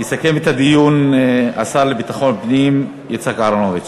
יסכם את הדיון השר לביטחון פנים יצחק אהרונוביץ.